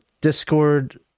Discord